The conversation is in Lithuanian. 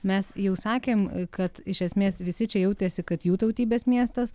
mes jau sakėm kad iš esmės visi čia jautėsi kad jų tautybės miestas